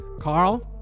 Carl